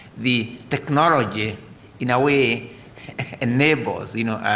the technology in a way enables, you know,